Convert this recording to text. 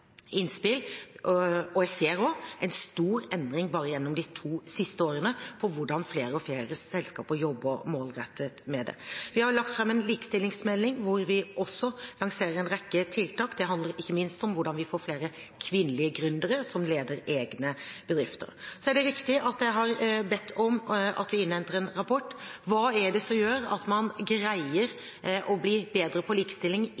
innspill. Jeg ser også en stor endring bare gjennom de to siste årene i hvordan flere og flere selskaper jobber målrettet med dette. Vi har lagt fram en likestillingsmelding hvor vi også lanserer en rekke tiltak. Det handler ikke minst om hvordan vi får flere kvinnelige gründere som leder egne bedrifter. Så er det riktig at jeg har bedt om at vi innhenter en rapport. Hva er det som gjør at man greier å bli bedre på likestilling